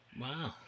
Wow